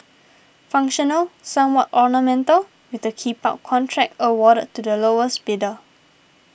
functional somewhat ornamental with the keep up contract awarded to the lowest bidder